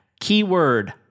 Keyword